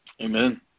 Amen